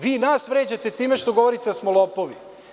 Vi nas vređate time što govorite da smo lopovi.